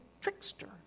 trickster